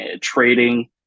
trading